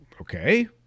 Okay